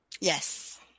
Yes